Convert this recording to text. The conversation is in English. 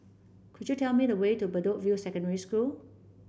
could you tell me the way to Bedok View Secondary School